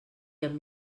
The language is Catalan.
amb